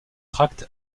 tracts